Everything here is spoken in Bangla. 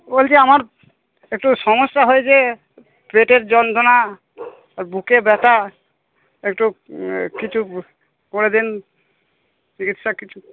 বলছি আমার একটু সমস্যা হয়েছে পেটের যন্ত্রণা বুকে ব্যথা একটু কিছু করে দিন চিকিৎসা কিছু